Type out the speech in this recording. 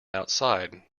outside